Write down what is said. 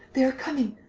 they are coming.